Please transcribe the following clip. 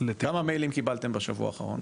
כמה מיילים קיבלתם בשבוע האחרון?